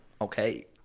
okay